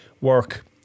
work